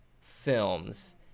films